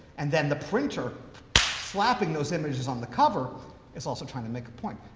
and then the printer slapping those images on the cover is also trying to make a point.